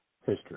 history